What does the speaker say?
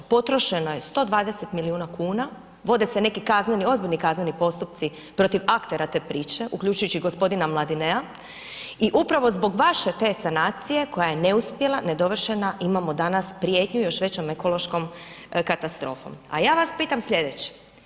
Potrošeno je 120 milijuna kuna, vode se neki kazneni, ozbiljni kazneni postupci protiv aktera te priče, uključujući i g. Mladinea i upravo zbog vaše te sanacije koja je neuspjela, nedovršena, imamo danas prijetnju još većom ekološkom katastrofom a ja vas pitam slijedeće.